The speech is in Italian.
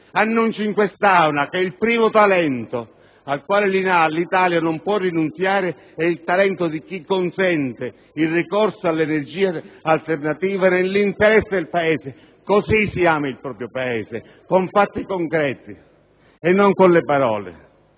Annunci in quest'Aula che il primo talento al quale l'Italia non può rinunciare è il talento di chi consente il ricorso all'energia alternativa nell'interesse del Paese. Così si ama il proprio Paese, con fatti concreti e non con le parole.